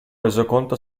resoconto